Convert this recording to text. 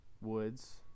woods